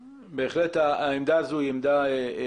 העמדה שהשמעת כאן היא בהחלט עמדה חשובה.